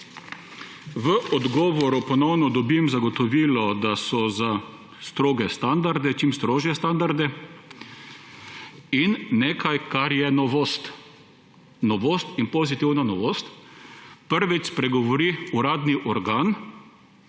V odgovoru ponovno dobim zagotovilo, da so za stroge standarde, čim strožje standarde in nekaj, kar je novost, novost in pozitivna novost, prvič spregovori uradni organ